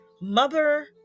Mother